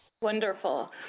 Wonderful